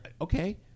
okay